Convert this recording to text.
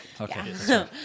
okay